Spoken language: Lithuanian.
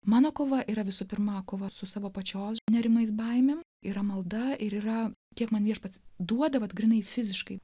mano kova yra visu pirma kova su savo pačios nerimais baimė yra malda ir yra kiek man viešpats duoda vat grynai fiziškai